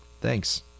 Thanks